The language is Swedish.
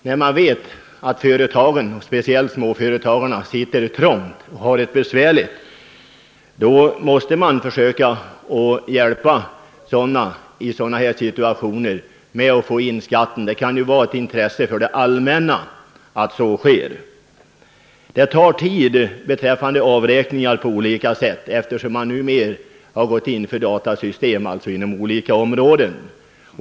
När man vet att företagen, speciellt de små företagen, sitter trångt och har det besvärligt bör man försöka hjälpa dem med att få skatten inbetalad under uppbördsterminen. Det kan ju vara av intresse för det allmänna att så sker. Det tar tid med avräkningar och sådant eftersom man numera gått in för datasystem inom olika områden.